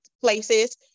places